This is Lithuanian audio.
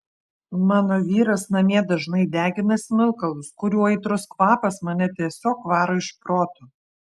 mano vyras namie dažnai degina smilkalus kurių aitrus kvapas mane tiesiog varo iš proto